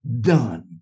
done